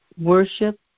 worship